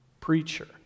preacher